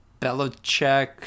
Belichick